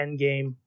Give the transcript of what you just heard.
Endgame